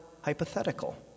hypothetical